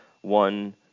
one